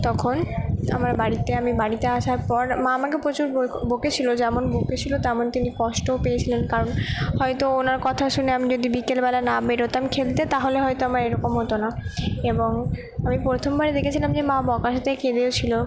তখন আমার বাড়িতে আমি বাড়িতে আসার পর মা আমাকে প্রচুর বকেছিলো যেমন বকে ছিলো তেমন তিনি কষ্টও পেয়েছিলেন কারণ হয়তো ওনার কথা শুনে আমি যদি বিকেলবেলা না বেরোতাম খেলতে তাহলে হয়তো আমার এরকম হতো না এবং আমি প্রথমবারে দেখেছিলাম যে মা বকার সাথে কেঁদেও ছিলো